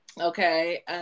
Okay